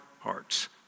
hearts